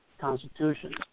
Constitution